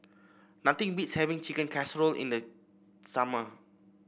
nothing beats having Chicken Casserole in the summer